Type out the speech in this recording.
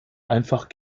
einfach